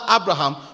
Abraham